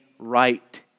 Right